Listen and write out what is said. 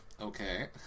Okay